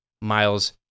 Miles